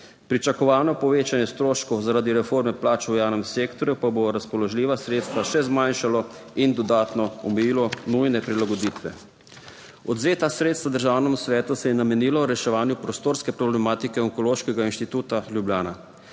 Pričakovano povečanje stroškov zaradi reforme plač v javnem sektorju pa bo razpoložljiva sredstva še zmanjšalo in dodatno omejilo nujne prilagoditve. Odvzeta sredstva Državnemu svetu se je namenilo reševanju prostorske problematike Onkološkega inštituta Ljubljana.